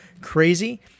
crazy